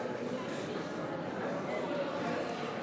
מוותרת.